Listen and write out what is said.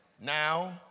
now